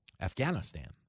Afghanistan